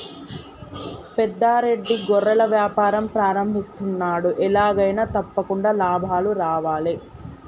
పెద్ద రెడ్డి గొర్రెల వ్యాపారం ప్రారంభిస్తున్నాడు, ఎలాగైనా తప్పకుండా లాభాలు రావాలే